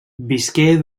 visqué